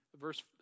Verse